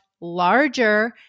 larger